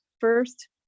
first